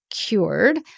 cured